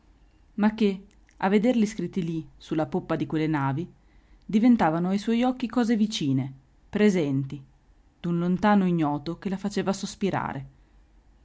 ma che a vederli scritti lì sulla poppa di quelle navi diventavano ai suoi occhi cose vicine presenti d'un lontano ignoto che la faceva sospirare